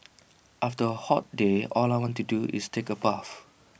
after A hot day all I want to do is take A bath